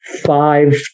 five